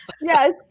Yes